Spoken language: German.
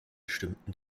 stimmten